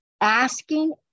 asking